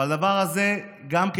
אבל הדבר הזה ייפסק.